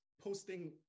posting